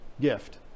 gift